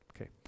Okay